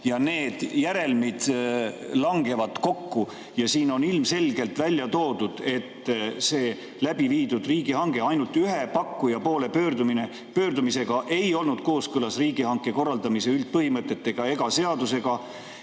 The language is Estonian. Ja need järelmid langevad kokku. Siin on ilmselgelt välja toodud, et see läbiviidud riigihange ainult ühe pakkuja poole pöördumisega ei olnud kooskõlas riigihanke korraldamise üldpõhimõtete ega seadusega.